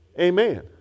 amen